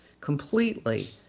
completely